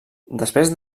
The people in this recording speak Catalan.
després